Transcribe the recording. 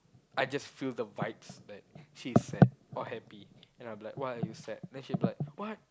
I just feel the vibes that she's sad or happy then I'm like why are you sad then she'll be like what